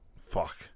Fuck